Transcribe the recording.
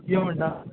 कितें म्हणटा